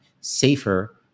safer